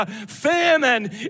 Famine